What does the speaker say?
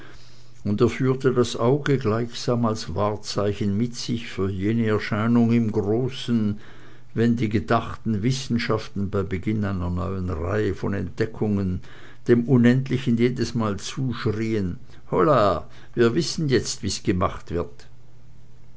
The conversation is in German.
und er führte das auge gleichsam als wahrzeichen mit sich für jene erscheinung im großen wenn die gedachten wissenschaften beim beginn einer neuen reihe von entdeckungen dem unendlichen jedesmal zuschreien holla wir wissen jetzt wie's gemacht wird